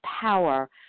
power